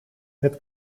het